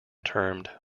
termed